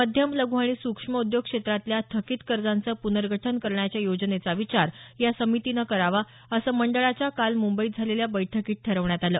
मध्यम लघू आणि सूक्ष्म उद्योग क्षेत्रातल्या थकित कर्जांचं प्नर्गठन करण्याच्या योजनेचा विचार या समितीनं करावा असं मंडळाच्या काल मुंबईत झालेल्या बैठकीत ठरवण्यात आलं